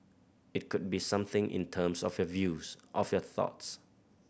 it could be something in terms of your views of your thoughts